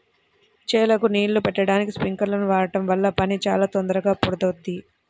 చేలకు నీళ్ళు బెట్టడానికి స్పింకర్లను వాడడం వల్ల పని చాలా తొందరగా పూర్తవుద్ది